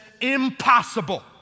impossible